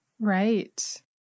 Right